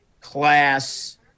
class